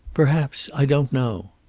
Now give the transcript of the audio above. perhaps. i don't know.